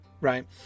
right